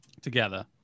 together